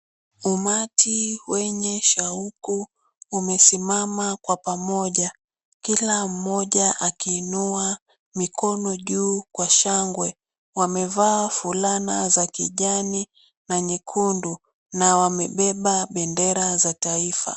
Umati wenye shauku imesimama kwa pamoja, kila mmoja akiinua mikono juu kwa shangwe. Wamevaa fulana za kijani na nyekundu na wamebeba bendera za taifa.